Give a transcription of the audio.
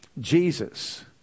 Jesus